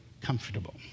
comfortable